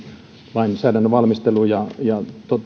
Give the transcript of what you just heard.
lainsäädännön valmistelu ja ja